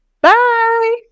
Bye